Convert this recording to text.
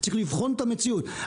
אלא לבחון את המציאות,